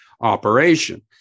operation